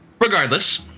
Regardless